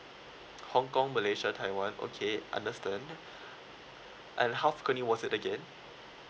hongkong malaysia taiwan okay understand and how it again